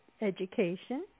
education